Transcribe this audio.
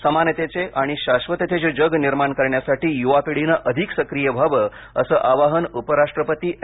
समानतेचे आणिशाश्वतेचे जग निर्माण करण्यासाठी युवा पिढीनं अधिक सक्रिय व्हावं असं आवाहन उपराष्ट्रपती एम